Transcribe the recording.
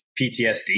PTSD